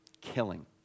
Killing